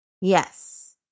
Yes